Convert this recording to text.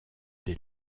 des